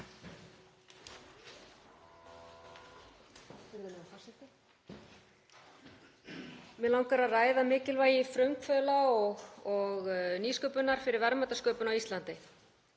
Mig langar að ræða mikilvægi frumkvöðla og nýsköpunar fyrir verðmætasköpun á Íslandi.